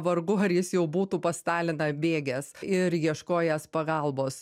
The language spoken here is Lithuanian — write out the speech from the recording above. vargu ar jis jau būtų pas staliną bėgęs ir ieškojęs pagalbos